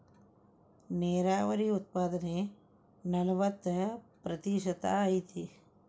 ನೇರಾವರಿ ಉತ್ಪಾದನೆ ನಲವತ್ತ ಪ್ರತಿಶತಾ ಐತಿ